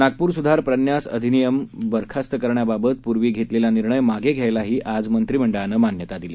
नागपूरसुधारप्रन्यासअधिनिमयबरखास्तकरण्याबाबतपूर्वीघेतलेलानिर्णयमागंघ्यायलाआजमंत्रिमंडळानंमान्यतादिली